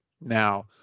Now